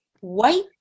white